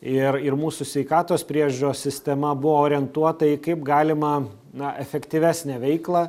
ir ir mūsų sveikatos priežiūros sistema buvo orientuota į kaip galima na efektyvesnę veiklą